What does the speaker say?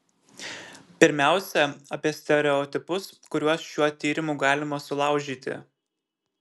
pirmiausia apie stereotipus kuriuos šiuo tyrimu galima sulaužyti